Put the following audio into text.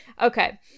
Okay